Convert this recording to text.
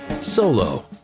Solo